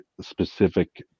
specific